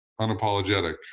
unapologetic